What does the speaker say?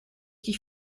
die